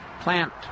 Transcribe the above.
plant